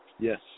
Yes